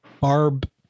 barb